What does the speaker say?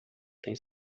tem